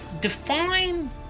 Define